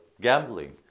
gambling